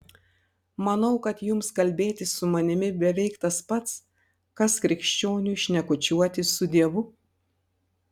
manau kad jums kalbėtis su manimi beveik tas pats kas krikščioniui šnekučiuotis su dievu